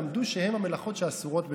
למדו שהן המלאכות שאסורות בשבת.